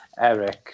Eric